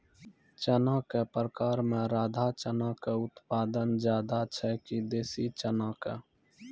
चना के प्रकार मे राधा चना के उत्पादन ज्यादा छै कि देसी चना के?